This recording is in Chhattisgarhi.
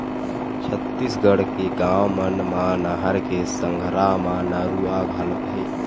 छत्तीसगढ़ के गाँव मन म नहर के संघरा म नरूवा घलोक हे